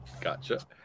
Gotcha